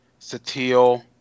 Satil